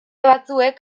batzuek